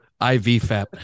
IV-fap